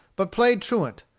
but played truant,